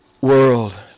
world